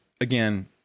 again